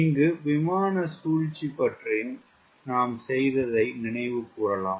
இங்கு விமான சூழ்ச்சி பற்றியும் நாம் செய்ததை நினைவு கூறலாம்